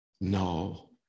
No